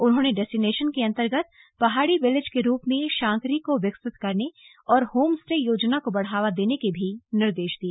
उन्होंने डेस्टिनेशन के अन्तर्गत पहाड़ी विलेज के रूप में शांकरी को विकसित करने और होम स्टे योजना को बढ़ावा देने के निर्देश भी दिए